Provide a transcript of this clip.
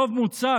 רוב מוצק,